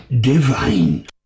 divine